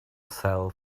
sell